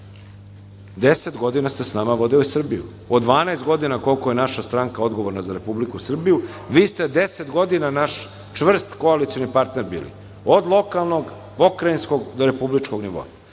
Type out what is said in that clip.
godina ste sa nama vodili Srbiju. Od 12 godina koliko je naša stranka odgovorna za Republiku Srbiju, vi ste deset godina naš čvrst koalicioni partner bili, od lokalnog, pokrajinskog, do republičkog nivoa